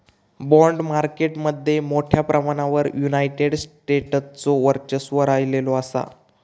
bond market मध्ये मोठ्या प्रमाणावर युनायटेड स्टेट्सचो वर्चस्व राहिलेलो असा